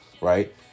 right